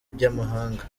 by’amahanga